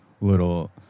little